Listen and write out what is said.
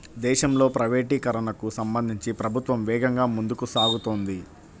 దేశంలో ప్రైవేటీకరణకు సంబంధించి ప్రభుత్వం వేగంగా ముందుకు సాగుతోంది